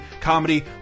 comedy